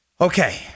Okay